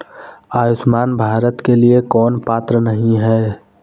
आयुष्मान भारत के लिए कौन पात्र नहीं है?